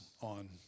on